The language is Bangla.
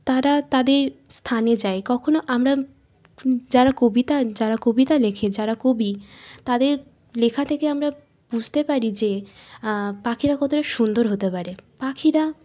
তারা তাদের স্থানে যায় কখনো আমরা যারা কবিতা যারা কবিতা লেখে যারা কবি তাদের লেখা থেকে আমরা বুঝতে পারি যে পাখিরা কতটা সুন্দর হতে পারে পাখিরা